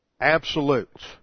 absolutes